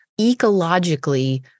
ecologically